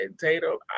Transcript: Tato